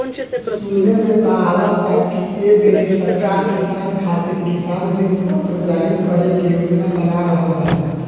सुने में त आवता की ऐ बेरी सरकार किसान खातिर किसान ऋण पत्र जारी करे के योजना बना रहल बा